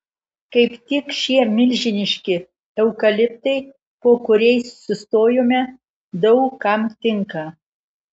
kaip tik šie milžiniški eukaliptai po kuriais sustojome daug kam tinka